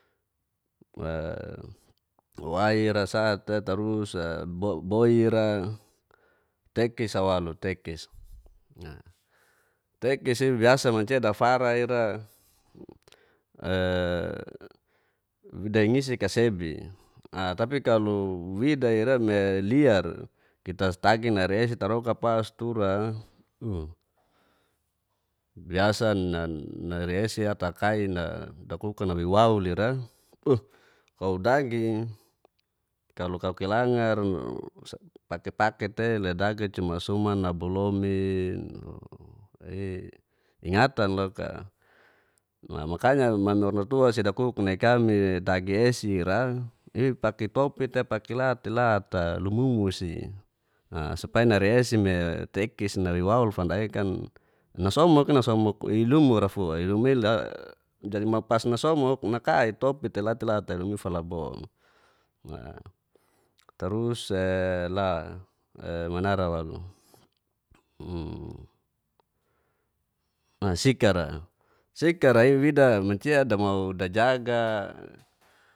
waira sate tarus boira tekis'a walu tekis, tekis'i bisa mancia dafara ira dei ngisik' sebi, tapi kalo wida ira me liar kita tagi narei esi taroka pas tura, narei esi nata kau dakuk nawei waul ira oh kau dagi kalo kau kilangar pakipaki tei le dagi cuma suman nabolomin ingatatan loka na makanya mami orangtutu si dakuk nai kami dagi esi ira ipali topo te paki latalate ata lumumu si asupai narei esi me tekis nawei waul fanda i'kan nasomuki nasomuk ilumura fua ilumu i'la jadi pas nasomuk naka;i topi telatela ata iulumu i'falabon. Tarus la manla walu sikara, sikara' wida mancia damau dajaga.